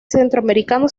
centroamericano